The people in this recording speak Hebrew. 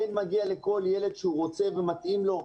כן מגיע לכל ילד שהוא רוצה ומתאים לו,